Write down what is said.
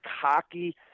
cocky